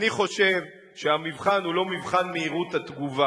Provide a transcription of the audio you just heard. אני חושב שהמבחן הוא לא מבחן מהירות התגובה.